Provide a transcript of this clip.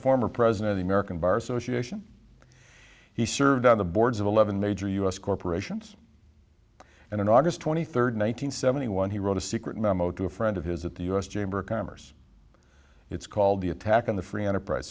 former president of the american bar association he served on the boards of eleven major u s corporations and in august twenty third one thousand nine hundred seventy one he wrote a secret memo to a friend of his at the u s chamber of commerce it's called the attack on the free enterprise